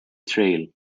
trail